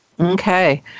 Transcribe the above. Okay